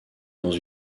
dans